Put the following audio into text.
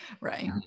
right